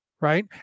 Right